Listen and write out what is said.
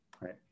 right